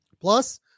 Plus